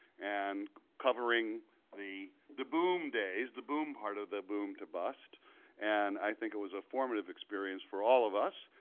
and covering the the boom days, the boom part of the boom-to-bust. and i think it was a formative experience for all of us.